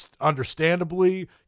understandably